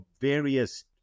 various